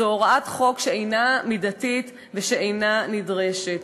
זו הוראת חוק שאינה מידתית ושאינה נדרשת.